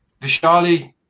Vishali